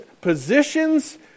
positions